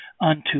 unto